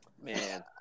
Man